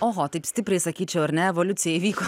oho taip stipriai sakyčiau ar ne evoliucija įvyko